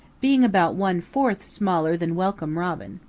being about one-fourth smaller than welcome robin.